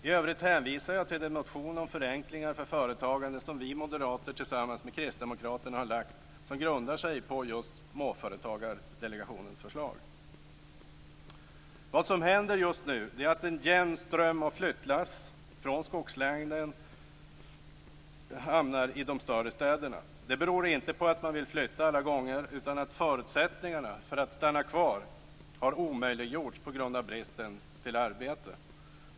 I övrigt hänvisar jag till den motion om förenklingar för företagande som vi moderater tillsammans med Kristdemokraterna har väckt. Den grundar sig på just småföretagardelegationens förslag. Vad som händer just nu är att en jämn ström av flyttlass från skogslänen hamnar i de större städerna. Det beror inte på att man vill flytta alla gånger, utan att förutsättningarna att stanna kvar har omöjliggjorts på grund av bristen på arbete.